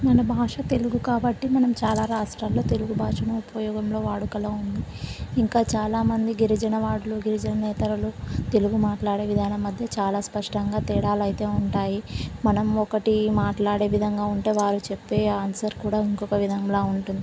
మన భాష తెలుగు కాబట్టి మనం చాలా రాష్ట్రాల్లో తెలుగు భాషను ఉపయోగంలో వాడుకల ఉంది ఇంకా చాలామంది గిరిజన వాడలు గిరిజన నేతలు తెలుగు మాట్లాడే విధానం మధ్య చాలా స్పష్టంగా తేడాలైతే ఉంటాయి మనం ఒకటి మాట్లాడే విధంగా ఉంటే వారు చెప్పే ఆన్సర్ కూడా ఇంకొక విధంగా ఉంటుంది